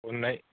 ਓਨਾ ਹੀ